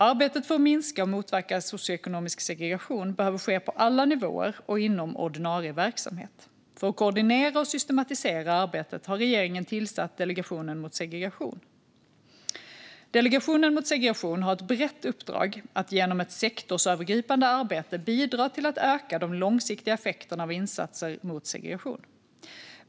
Arbetet för att minska och motverka socioekonomisk segregation behöver ske på alla nivåer och inom ordinarie verksamhet. För att koordinera och systematisera arbetet har regeringen tillsatt Delegationen mot segregation. Delegationen mot segregation har ett brett uppdrag att genom ett sektorsövergripande arbete bidra till att öka de långsiktiga effekterna av insatser mot segregation.